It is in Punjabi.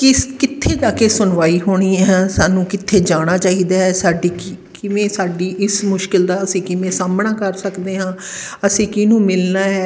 ਕਿਸ ਕਿੱਥੇ ਤੱਕ ਇਹ ਸੁਣਵਾਈ ਹੋਣੀ ਹੈ ਸਾਨੂੰ ਕਿੱਥੇ ਜਾਣਾ ਚਾਹੀਦਾ ਹੈ ਸਾਡੀ ਕਿਵੇਂ ਸਾਡੀ ਇਸ ਮੁਸ਼ਕਿਲ ਦਾ ਅਸੀਂ ਕਿਵੇਂ ਸਾਹਮਣਾ ਕਰ ਸਕਦੇ ਹਾਂ ਅਸੀਂ ਕਿਹਨੂੰ ਮਿਲਣਾ ਹੈ